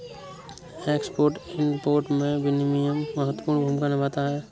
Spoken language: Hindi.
एक्सपोर्ट इंपोर्ट में विनियमन महत्वपूर्ण भूमिका निभाता है